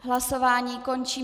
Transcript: Hlasování končím.